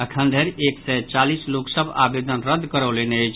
अखनधरि एक सय चालीस लोक सभ आवेदन रद्द करौलनि अछि